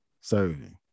serving